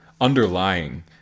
underlying